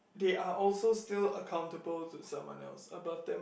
they are also still accountable to someone else above them